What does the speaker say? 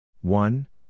one